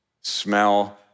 smell